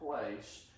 place